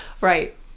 right